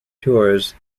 tours